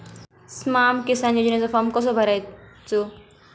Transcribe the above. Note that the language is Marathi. स्माम किसान योजनेचो फॉर्म कसो भरायचो?